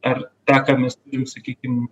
ar tą ką mes turim sakykim